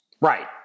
Right